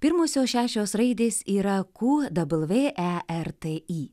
pirmosios šešios raidės yra ku dabl vė e r t i